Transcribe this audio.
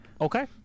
Okay